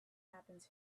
happens